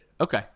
Okay